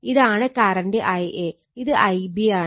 ഇതാണ് current Ia ഇത് Ib ആണ്